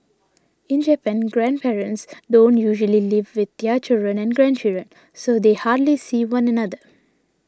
in Japan grandparents don't usually live with their children and grandchildren so they hardly see one another